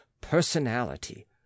personality